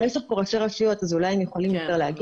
יש פה ראשי רשויות אז אולי הם יכולים להגיד.